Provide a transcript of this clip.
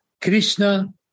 Krishna